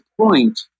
point